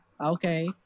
okay